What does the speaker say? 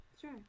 sure